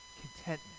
Contentment